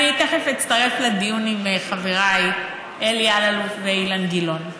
אני תכף אצטרף לדיון עם חברי אלי אלאלוף ואילן גילאון.